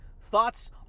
thoughts